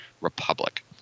republic